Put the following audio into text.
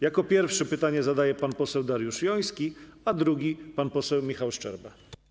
Jako pierwszy pytanie zadaje pan poseł Dariusz Joński, a jako drugi - pan poseł Michał Szczerba.